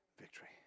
victory